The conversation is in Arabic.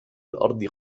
الأرض